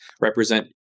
represent